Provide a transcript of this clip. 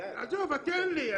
תן לי.